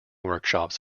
workshops